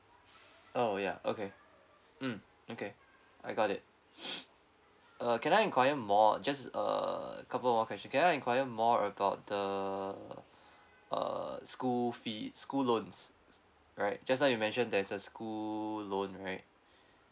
oh ya okay mm okay I got it uh can I inquire more just uh couple more question can I inquire more about the uh school fees school loans right just now you mentioned there's a school loan right